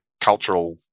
cultural